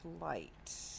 light